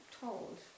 told